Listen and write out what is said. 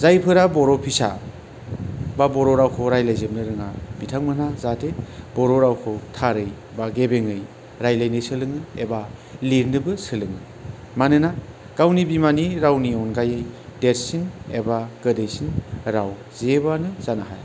जायफोरा बर' फिसा बा बर' रावखौ रायज्लाय जोबनो रोङा बिथांमोनहा जाहाथे बर' रावखौ थारै बा गेबेङै रायज्लायनो सोलोङो एबा लिरनोबो सोलोङो मानोना गावनि बिमानि रावनि अनगायै देरसिन एबा गोदैसिन राव जेबोआनो जानो हाया